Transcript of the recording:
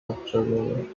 observable